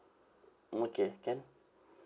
okay can